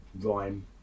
rhyme